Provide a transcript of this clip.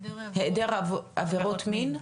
היעדר עבירות מין?